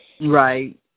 Right